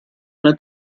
una